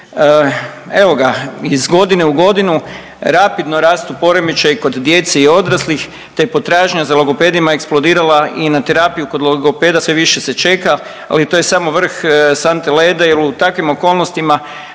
Evo ga, iz godine u godinu rapidno rastu poremećaji kod djece i odraslih te je potražnja za logopedima eksplodirala i na terapiju kod logopeda sve više se čeka, ali to je samo vrh sante leda jer u takvim okolnostima